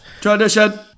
Tradition